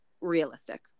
Realistic